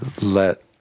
let